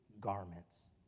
garments